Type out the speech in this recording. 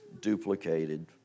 duplicated